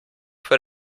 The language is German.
für